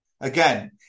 Again